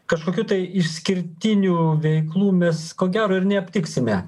kažkokių tai išskirtinių veiklų mes ko gero ir neaptiksime